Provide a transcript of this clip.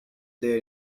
there